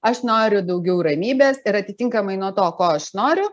aš noriu daugiau ramybės ir atitinkamai nuo to ko aš noriu